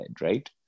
right